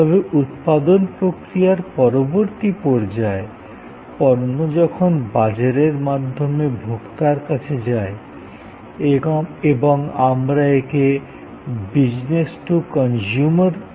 তবে উৎপাদন প্রক্রিয়ার পরবর্তী পর্যায় পণ্য যখন বাজারের মাধ্যমে ভোক্তার কাছে যায় এবং আমরা একে বিজনেস টু কনসিউমার নামে ডাকি